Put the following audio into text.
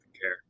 care